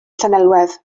llanelwedd